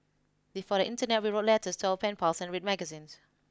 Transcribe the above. before the internet we wrote letters to our pen pals and read magazines